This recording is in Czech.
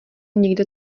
někde